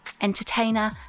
entertainer